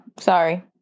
sorry